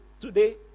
today